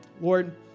Lord